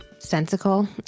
sensical